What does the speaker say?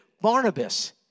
Barnabas